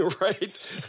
right